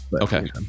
Okay